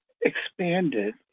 expanded